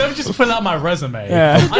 um just pull out my resume. yeah i